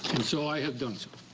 so i have done so.